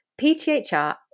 PTHR